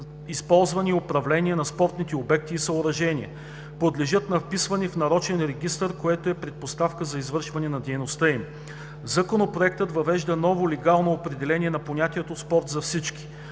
ползване и управление на спортни обекти и съоръжения. Подлежат на вписване в нарочен регистър, което е предпоставка за извършване на дейността им. Законопроектът въвежда ново легално определение на понятието „спорт за всички“.